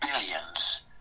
billions